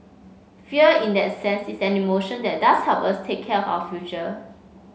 fear in that sense is an emotion that does help us take care of our future